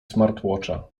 smartwatcha